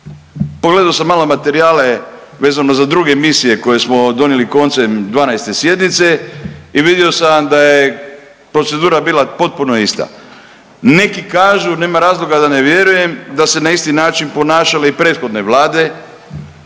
pogledao sam malo materijale vezano za druge misije koje smo donijeli koncem 12. sjednice i vidio sam da je procedura bila potpuno ista. Neki kažu, nema razloga da ne vjerujem, da su se na isti način ponašale i prethodne Vlade